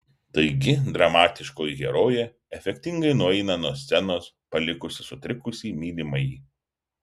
taigi dramatiškoji herojė efektingai nueina nuo scenos palikusi sutrikusį mylimąjį